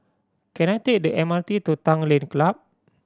can I take the M R T to Tanglin Club